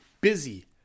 busy